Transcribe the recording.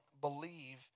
believe